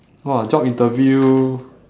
!wah! job interview